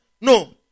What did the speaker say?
No